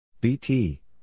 BT